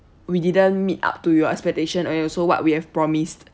we didn't meet up to your expectations and also what we have promised